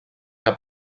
que